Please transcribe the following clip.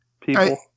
people